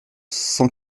cent